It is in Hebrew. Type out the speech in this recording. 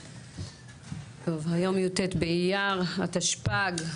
טוב, היום י"ט באייר התשפ"ג,